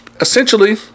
essentially